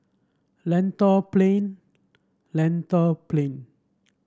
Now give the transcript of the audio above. Lentor Plain Lentor Plain